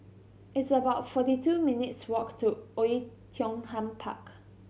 it's about forty two minutes' walk to Oei Tiong Ham Park